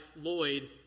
Lloyd